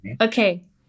Okay